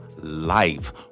life